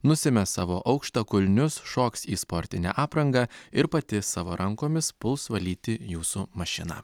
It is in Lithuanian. nusimes savo aukštakulnius šoks į sportinę aprangą ir pati savo rankomis puls valyti jūsų mašiną